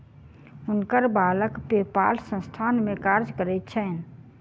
हुनकर बालक पेपाल संस्थान में कार्य करैत छैन